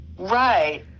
Right